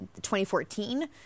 2014